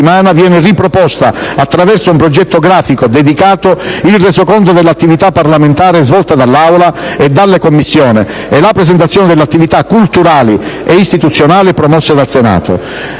di ogni settimana, viene riproposta attraverso un progetto grafico dedicato il resoconto dell'attività parlamentare svolta dall'Aula e dalle Commissioni e la presentazione delle attività culturali ed istituzionali promosse dal Senato.